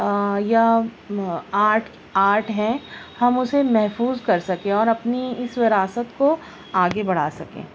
یا art art ہیں ہم اُسے محفوظ کر سکیں اور اپنی اِس وراثت کو آگے بڑھا سکیں